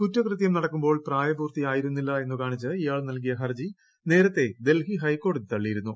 കുറ്റകൃത്യം നടക്കുമ്പോൾ പ്രായപൂർത്തിയായിരുന്നില്ല എന്ന് കാണിച്ച് ഇയാൾ നൽകിയ ഹർജി നേരത്തേ ഡൽഹി ഹൈക്കോടതി തള്ളിയിരുന്നു